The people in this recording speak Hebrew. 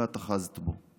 ואת אחזת בו.